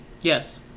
yes